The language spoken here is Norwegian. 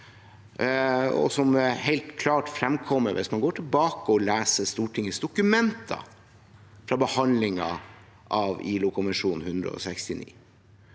noe som helt klart fremkommer hvis man går tilbake og leser Stortingets dokumenter fra behandlingen av ILOkonvensjon nr. 169.